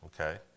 okay